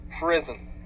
prison